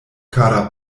kara